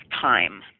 time